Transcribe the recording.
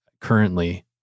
currently